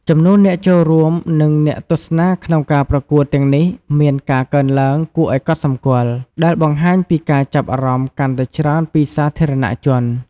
ចំនួនអ្នកចូលរួម និងអ្នកទស្សនាក្នុងការប្រកួតទាំងនេះមានការកើនឡើងគួរឱ្យកត់សម្គាល់ ដែលបង្ហាញពីការចាប់អារម្មណ៍កាន់តែច្រើនពីសាធារណជន។